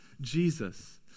Jesus